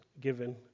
given